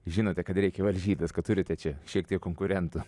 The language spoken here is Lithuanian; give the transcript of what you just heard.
žinote kad reikia varžytis kad turite čia šiek tiek konkurentų